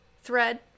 thread